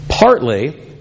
Partly